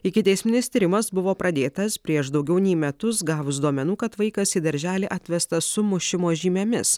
ikiteisminis tyrimas buvo pradėtas prieš daugiau nei metus gavus duomenų kad vaikas į darželį atvestas su mušimo žymėmis